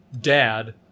dad